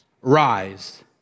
Rise